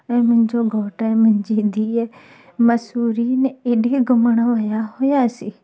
ऐं मुंहिंजो घोटु ऐं मुंहिंजी धीउ मसूरी ने एॾे घुमणु विया हुआसीं